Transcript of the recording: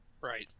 Right